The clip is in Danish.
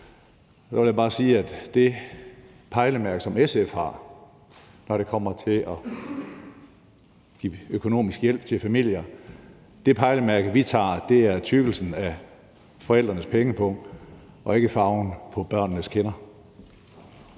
det pejlemærke, som SF har, når det kommer til at give økonomisk hjælp til familier, er tykkelsen af forældrenes pengepung og ikke farven på børnenes kinder.